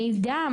המידע,